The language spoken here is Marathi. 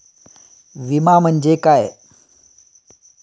विमा म्हणजे काय?